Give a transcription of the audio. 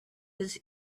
his